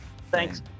thanks